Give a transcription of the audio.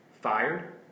fired